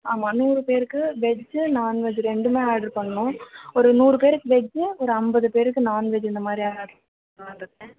ஆமாம் நூறு பேருக்கு வெஜ்ஜு நான்வெஜ் ரெண்டும் ஆட்ரு பண்ணணும் ஒரு நூறு பேருக்கு வெஜ்ஜு ஒரு ஐம்பது பேருக்கு நான்வெஜ் இந்த மாதிரி ஆட்ரு பண்லாம்னு இருக்கேன்